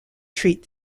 treat